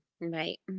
Right